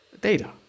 data